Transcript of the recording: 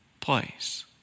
place